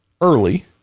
early